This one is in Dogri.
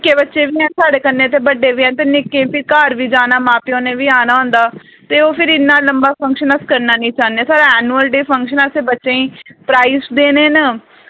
निक्के बच्चे बी हैन साढ़े कन्नै ते बड्डे बी हैन ते निक्के फिर घर बी जाना मां प्यो ने बी आना होंदा ते ओह् फिर इन्ना लम्बा फंक्शन अस करना निं चाह्ने साढ़ा ऐनुअल फंक्शन ऐ असें बच्चें गी प्राइज़ देने न